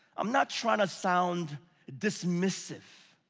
i'm not trying to sound dismissive.